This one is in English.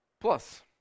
Plus